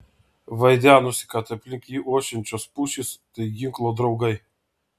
vaidenosi kad aplink jį ošiančios pušys tai ginklo draugai